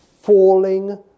falling